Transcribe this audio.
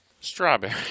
Strawberry